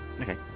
okay